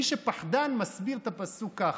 מי שפחדן מסביר את הפסוק ככה.